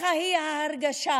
זאת היא ההרגשה.